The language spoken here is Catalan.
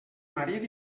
marit